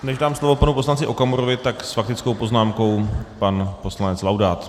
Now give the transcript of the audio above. Než dám slovo panu poslanci Okamurovi, tak s faktickou poznámkou pan poslanec Laudát.